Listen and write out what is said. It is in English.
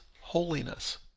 holiness